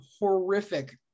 horrific